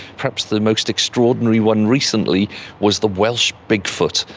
perhaps the most extraordinary one recently was the welsh bigfoot.